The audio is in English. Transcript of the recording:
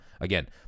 Again